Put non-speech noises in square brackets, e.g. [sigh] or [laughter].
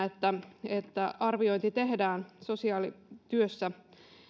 [unintelligible] että että arviointi tehdään sosiaalityössä